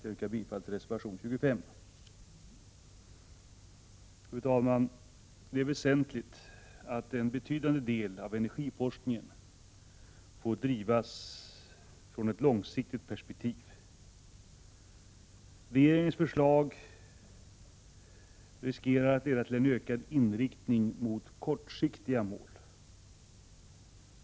Jag yrkar bifall till reservation 25. Fru talman! Det är väsentligt att en betydande del av energiforskningen får bedrivas utifrån ett långsiktigt perspektiv. Regeringens förslag riskerar att leda till en ökad inriktning mot kortsiktiga mål.